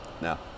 Now